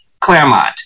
Claremont